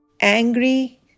angry